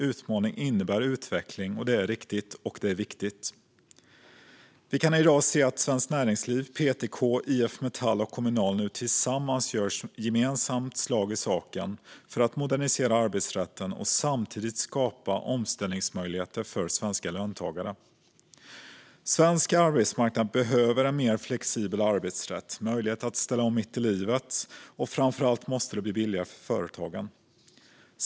Utmaning innebär utveckling, och det är riktigt och viktigt. Vi kan i dag se att Svenskt Näringsliv, PTK, IF Metall och Kommunal gemensamt gör slag i saken för att modernisera arbetsrätten och samtidigt skapa omställningsmöjligheter för svenska löntagare. Svensk arbetsmarknad behöver en mer flexibel arbetsrätt med möjlighet att ställa om mitt i livet, och framför allt måste det bli billigare för företagen.